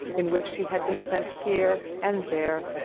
in which she had been sent here and there,